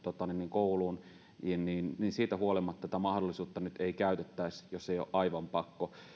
kouluun niin niin siitä huolimatta tätä mahdollisuutta nyt ei käytettäisi jos ei ole aivan pakko